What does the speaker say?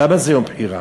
למה זה יום בחירה?